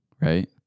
right